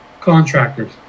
contractors